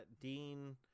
Dean